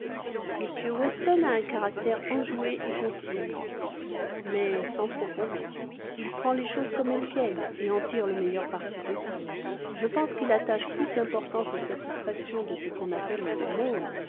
m weston a un caractère enjoué et conciliant mais sans profondeur il prend les choses comme elles viennent et en tire le meilleur parti possible je pense qu'il attache plus d'importance aux satisfactions de ce qu'on appelle le monde